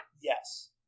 yes